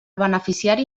beneficiari